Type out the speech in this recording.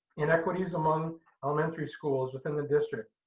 inequities among elementary schools within the district.